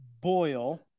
boil